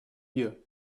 year